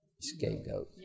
scapegoat